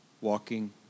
walking